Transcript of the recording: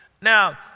Now